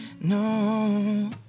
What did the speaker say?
no